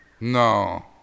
No